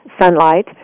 sunlight